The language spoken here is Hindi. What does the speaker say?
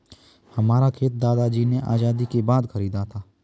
हमारा खेत दादाजी ने आजादी के बाद खरीदा था